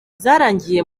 zarangiye